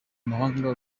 amahanga